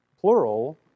plural